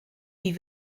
wie